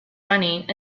running